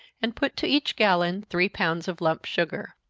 and put to each gallon three pounds of lump sugar.